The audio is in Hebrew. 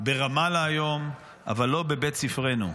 ברמאללה היום, אבל לא בבית ספרנו.